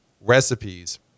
recipes